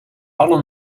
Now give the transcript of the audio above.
alle